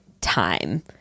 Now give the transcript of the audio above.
time